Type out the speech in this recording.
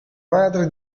madre